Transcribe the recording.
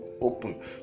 open